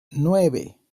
nueve